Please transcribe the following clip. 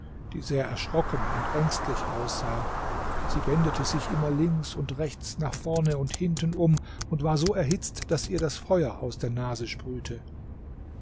die sehr erschrocken und ängstlich aussah sie wendete sich immer links und rechts nach vorne und hinten um und war so erhitzt daß ihr das feuer aus der nase sprühte